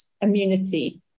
immunity